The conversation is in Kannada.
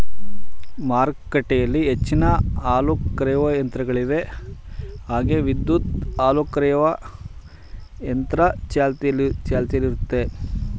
ಮಾರುಕಟ್ಟೆಲಿ ಹೆಚ್ಚಿನ ಹಾಲುಕರೆಯೋ ಯಂತ್ರಗಳಿವೆ ಹಾಗೆ ವಿದ್ಯುತ್ ಹಾಲುಕರೆಯೊ ಯಂತ್ರ ಚಾಲ್ತಿಯಲ್ಲಯ್ತೆ